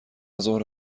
زهره